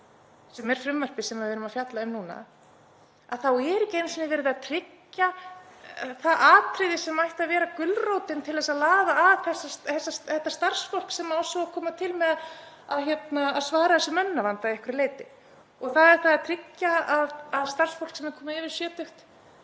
frumvarpið sem við erum að fjalla um núna, og það er ekki einu sinni verið að tryggja það atriði sem ætti að vera gulrótin til þess að laða að starfsfólk sem á svo að koma til með að svara þessum mönnunarvanda að einhverju leyti, en það er að tryggja að starfsfólk sem er komið yfir sjötugt